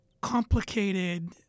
complicated